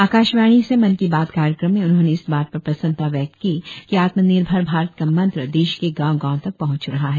आकाशवाणी से मन की बात कार्यक्रम में उन्होंने इस बात पर प्रसन्नता व्यक्त की कि आत्मनिर्भर भारत का मंत्र देश के गांव गांव तक पहंच रहा है